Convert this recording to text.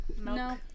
No